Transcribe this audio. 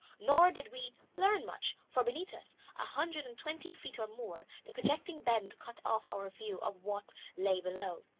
nor did we learn much, for beneath us, a hundred and twenty feet or more, the projecting bend cut off our view of what lay below.